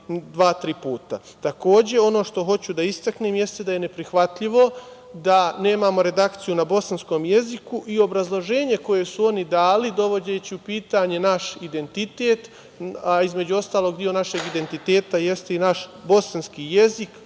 dva, tri puta? Takođe, ono što hoću da istaknem, jeste da je neprihvatljivo da nemamo redakciju na bosanskom jeziku i obrazloženje koje su oni dali, dovodeći u pitanje naš identitet, a između ostalog, deo našeg identiteta jeste i naš bosanski jezik,